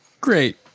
great